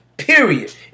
Period